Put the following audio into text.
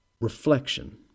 reflection